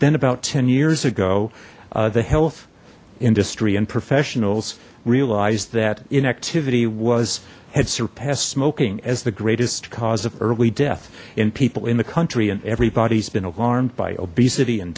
then about ten years ago the health industry and professionals realized that inactivity was had surpassed smoking as the greatest cause of early death in people in the country and everybody's been alarmed by obesity